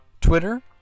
Twitter